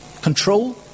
control